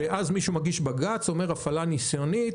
מישהו מגיש בג"ץ ואומר: הפעלה ניסיונית,